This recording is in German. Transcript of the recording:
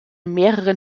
mehreren